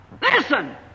Listen